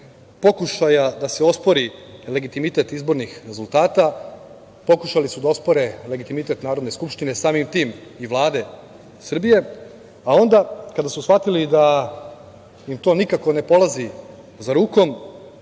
da se ospori legitimitet izbornih rezultata, pokušali su da ospore legitimitet Narodne skupštine, samim tim i Vlade Srbije, a onda su, kada su shvatili da im to nikako ne polazi za rukom,